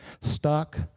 stuck